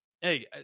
Hey